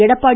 Edappadi